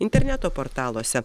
interneto portaluose